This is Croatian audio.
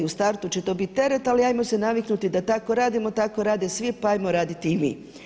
U startu će to biti teret ali ajmo se naviknuti da tako radimo, tako rade svi pa ajmo raditi i mi.